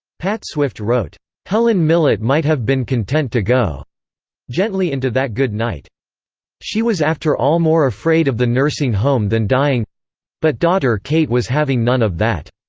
pat swift wrote helen millett might have been content to go gently into that good night she was after all more afraid of the nursing home than dying but daughter kate was having none of that.